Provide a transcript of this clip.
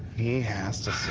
he has to say